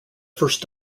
first